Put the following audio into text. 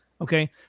okay